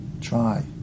try